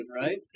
right